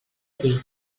dir